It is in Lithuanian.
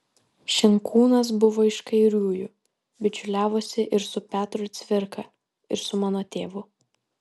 šinkūnas buvo iš kairiųjų bičiuliavosi ir su petru cvirka ir su mano tėvu